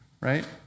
right